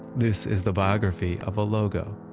this is the biography of a logo,